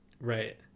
Right